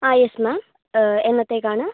ആ yes ma'am എന്നത്തേക്കാണ്